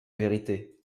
vérité